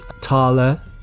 Tala